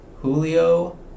Julio